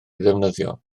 ddefnyddio